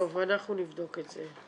טוב, אנחנו נבדוק את זה.